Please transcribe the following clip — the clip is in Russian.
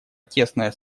тесное